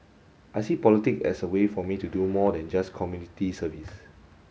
I see politic as a way for me to do more than just community service